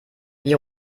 wir